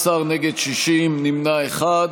18, נגד, 60, נמנע אחד.